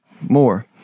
more